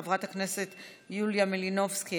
חברת הכנסת יוליה מלינובסקי,